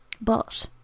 But